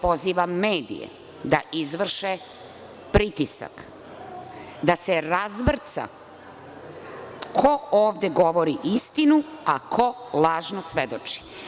Pozivam medije da izvrše pritisak, da se razvrca ko ovde govori istinu, a ko lažno svedoči.